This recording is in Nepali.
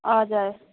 हजुर